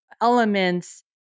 elements